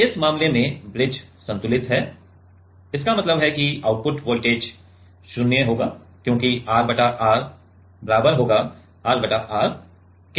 अब इस मामले में ब्रिज संतुलित है इसका मतलब है कि आउटपुट वोल्टेज 0 होगा क्योंकि R बटा R बराबर होगा R बटा R के